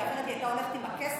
כי אחרת היא הייתה הולכת עם הכסף,